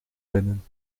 binden